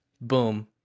Boom